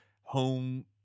home